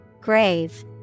Grave